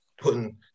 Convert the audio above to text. putting